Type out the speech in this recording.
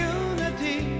unity